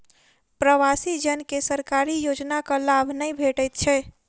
प्रवासी जन के सरकारी योजनाक लाभ नै भेटैत छै